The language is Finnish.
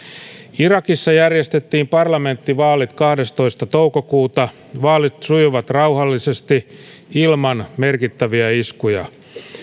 irakissa järjestettiin parlamenttivaalit kahdestoista toukokuuta vaalit sujuivat rauhallisesti ilman merkittäviä iskuja